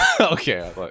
Okay